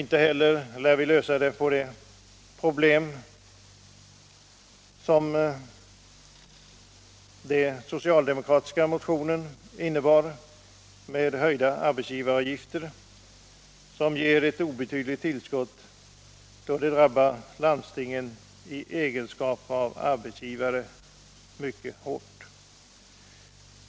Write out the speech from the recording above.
Inte heller lär vi lösa detta stora problem genom den i den socialdemokratiska motionen föreslagna höjningen av arbetsgivaravgiften, som ger ett obetydligt nettotillskott, då den drabbar landstingen i egenskap av arbetsgivare mycket hårt.